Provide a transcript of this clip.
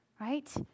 right